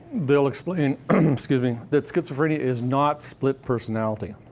they'll explain um excuse me that schizophrenia is not split personality.